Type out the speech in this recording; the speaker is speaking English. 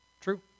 True